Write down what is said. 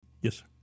Yes